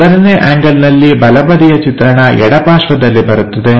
ಮೊದಲನೇ ಆಂಗಲ್ನಲ್ಲಿ ಬಲಬದಿಯ ಚಿತ್ರಣ ಎಡ ಪಾರ್ಶ್ವದಲ್ಲಿ ಬರುತ್ತದೆ